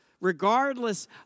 regardless